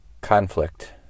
conflict